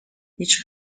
هیچ